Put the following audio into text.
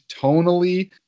tonally